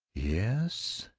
yes.